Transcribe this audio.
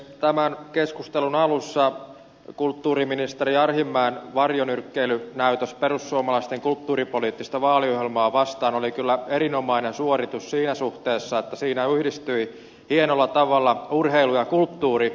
tämän keskustelun alussa kulttuuriministeri arhinmäen varjonyrkkeilynäytös perussuomalaisten kulttuuripoliittista vaaliohjelmaa vastaan oli kyllä erinomainen suoritus siinä suhteessa että siinä yhdistyivät hienolla tavalla urheilu ja kulttuuri